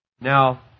Now